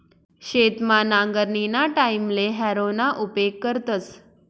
शेतमा नांगरणीना टाईमले हॅरोना उपेग करतस